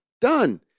Done